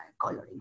coloring